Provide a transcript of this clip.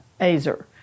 azer